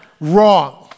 Wrong